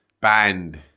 band